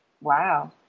Wow